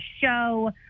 show